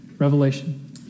Revelation